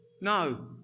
no